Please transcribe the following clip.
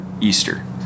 Easter